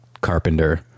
Carpenter